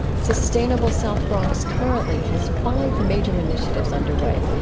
sustainable south bronx currently has five major initiatives underway,